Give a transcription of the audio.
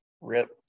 rip